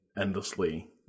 endlessly